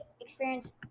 experience